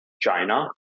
China